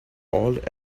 hold